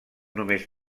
només